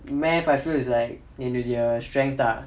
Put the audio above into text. math I feel it's like in your strength lah